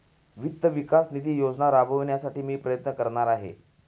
वित्त विकास निधी योजना राबविण्यासाठी मी प्रयत्न करणार आहे